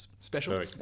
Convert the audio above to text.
special